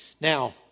Now